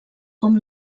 com